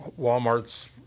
Walmarts